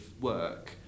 work